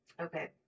okay